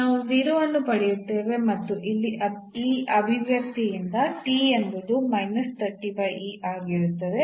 ನಾವು 0 ಅನ್ನು ಪಡೆಯುತ್ತೇವೆ ಮತ್ತು ಇಲ್ಲಿ ಈ ಅಭಿವ್ಯಕ್ತಿಯಿಂದ ಎಂಬುದು ಆಗಿರುತ್ತದೆ